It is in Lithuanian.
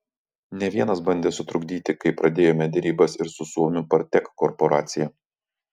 ne vienas bandė sutrukdyti kai pradėjome derybas ir su suomių partek korporacija